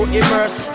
immersed